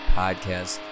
podcast